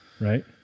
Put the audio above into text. right